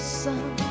sun